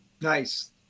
Nice